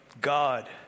God